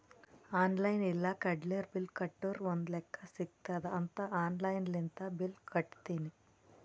online ಇಲ್ಲ ಕಾರ್ಡ್ಲೆ bill ಕಟ್ಟುರ್ ಒಂದ್ ಲೆಕ್ಕಾ ಸಿಗತ್ತುದ್ ಅಂತ್ ಆನ್ಲೈನ್ ಲಿಂತೆ ಬಿಲ್ ಕಟ್ಟತ್ತಿನಿ